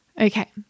Okay